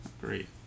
Great